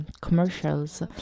commercials